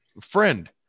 friend